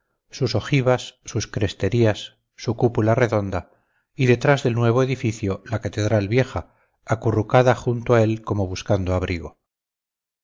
sus ojivas sus cresterías su cúpula redonda y detrás del nuevo edificio la catedral vieja acurrucada junto a él como buscando abrigo